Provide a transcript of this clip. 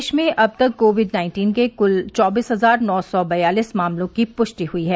देश में अब तक कोविड नाइन्टीन के कुल चौबीस हजार नौ सौ बयालीस मामलों की पुष्टि हुई है